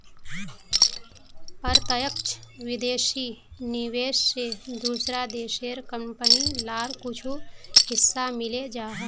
प्रत्यक्ष विदेशी निवेश से दूसरा देशेर कंपनी लार कुछु हिस्सा मिले जाहा